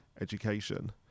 education